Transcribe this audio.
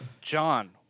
John